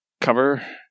Cover